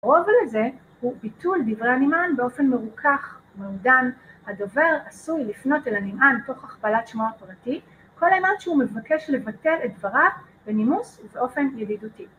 ‫רוב לזה, הוא ביטול דברי הנמען ‫באופן מרוכך ומעודן. ‫הדובר עשוי לפנות אל הנמען ‫תוך הכפלת שמו הפרטי, ‫כל אימת שהוא מבקש לבטל ‫את דבריו בנימוס ובאופן ידידותי.